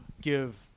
give